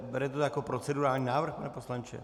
Berete to jako procedurální návrh, pane poslanče?